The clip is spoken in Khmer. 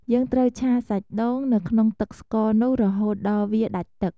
យើងត្រូវឆាសាច់ដូង នៅក្នុងទឹកស្ករនោះរហូតដល់វាដាច់ទឹក។